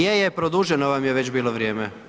je je, produženo vam je već bilo vrijeme.